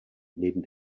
neben